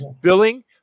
billing